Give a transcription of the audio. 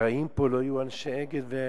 האחראים פה לא יהיו אנשי "אגד"